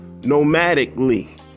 nomadically